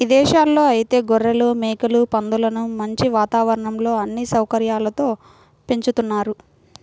ఇదేశాల్లో ఐతే గొర్రెలు, మేకలు, పందులను మంచి వాతావరణంలో అన్ని సౌకర్యాలతో పెంచుతున్నారు